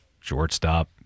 Shortstop